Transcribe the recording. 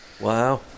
wow